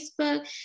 Facebook